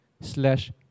slash